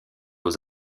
aux